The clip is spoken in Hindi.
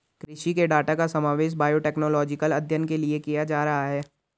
कृषि के डाटा का समावेश बायोटेक्नोलॉजिकल अध्ययन के लिए किया जा रहा है